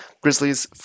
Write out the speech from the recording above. Grizzlies